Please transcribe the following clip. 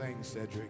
Cedric